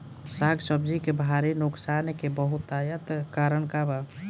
साग सब्जी के भारी नुकसान के बहुतायत कारण का बा?